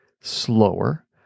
slower